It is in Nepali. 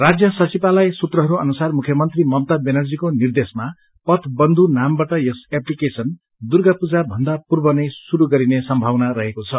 राज्य सचिवालय सूत्रहरू अनुसार मुख्यमन्त्री ममता ब्यानर्जीको निर्देशमा पथ बन्धु नामबाट यस एप्लीकेशन दूर्गापूजा भन्दा पूर्व नै शुरू गरिने सम्भावना रहेको छ